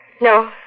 No